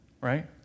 right